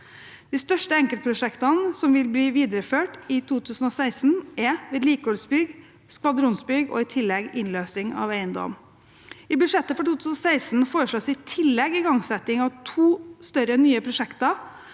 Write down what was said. De største enkeltprosjektene som vil bli videreført i 2016, er vedlikeholdsbygg, skvadronsbygg og i tillegg innløsing av eiendom. I budsjettet for 2016 foreslås det i tillegg igangsetting av to større nye prosjekter